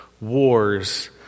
wars